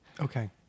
Okay